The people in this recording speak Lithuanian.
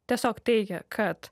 tiesiog teigė kad